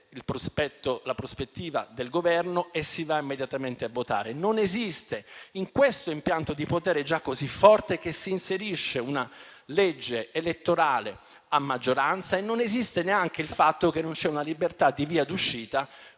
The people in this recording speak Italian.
la prospettiva del Governo e si va immediatamente a votare. Non esiste, in questo impianto di potere già così forte, che si inserisca una legge elettorale a maggioranza e non esiste neanche il fatto che non ci sia una libertà di via d'uscita,